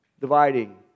Dividing